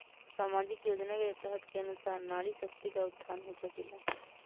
सामाजिक योजना के तहत के अनुशार नारी शकति का उत्थान हो सकील?